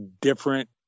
different